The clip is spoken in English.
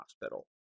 hospital